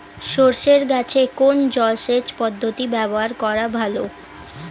সরষে গাছে কোন জলসেচ পদ্ধতি ব্যবহার করা ভালো?